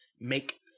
make